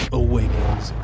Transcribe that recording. awakens